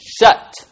shut